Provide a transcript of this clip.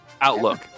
outlook